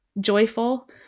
joyful